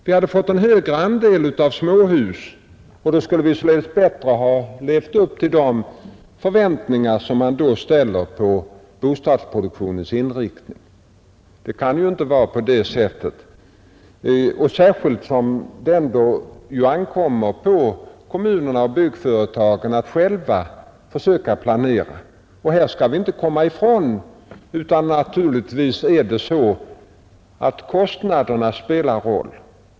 Vi hade fått en större andel av småhus, och då skulle vi således bättre ha levt upp till de förväntningar som moderaterna ställer på bostadsproduktionens inriktning. Här kan vi naturligtvis inte komma ifrån att kostnaderna också spelar en roll.